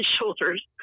shoulders